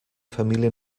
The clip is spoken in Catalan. família